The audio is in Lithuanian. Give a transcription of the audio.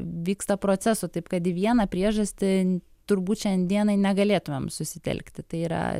vyksta procesų taip kad į vieną priežastį turbūt šiandienai negalėtumėm susitelkti tai yra